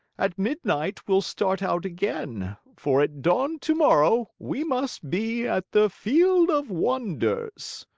at midnight we'll start out again, for at dawn tomorrow we must be at the field of wonders.